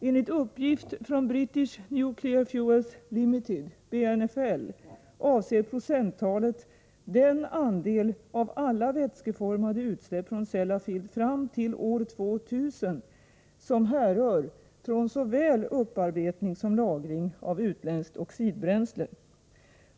Enligt uppgift från British Nuclear Fuels Limited avser procenttalet den andel av alla vätskeformiga utsläpp från Sellafield fram till år 2000 som härrör från såväl upparbetning som lagring av utländskt oxidbränsle.